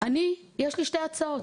יש לי שתי הצעות.